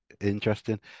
Interesting